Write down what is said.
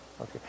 Okay